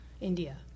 India